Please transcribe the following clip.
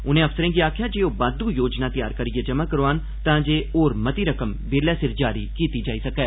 उनें अफसरें गी आखेआ जे ओह् बाद्दु योजनां तैयार करियै जमा करोआन तांजे होर मती रकम बेल्लै सिर जारी कीती जाई सकै